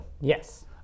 Yes